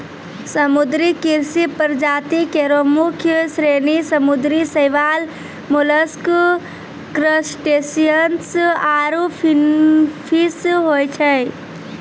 समुद्री कृषि प्रजाति केरो मुख्य श्रेणी समुद्री शैवाल, मोलस्क, क्रसटेशियन्स आरु फिनफिश होय छै